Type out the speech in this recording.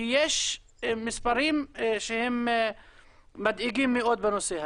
כי יש מספרים שהם מדאיגים מאוד בנושא הזה.